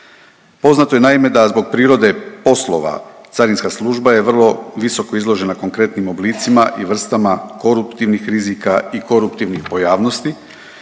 Poznato je naime da zbog prirode poslova Carinska služba je vrlo visoko izložena konkretnim oblicima i vrstama koruptivnih rizika i koruptivnih pojavnosti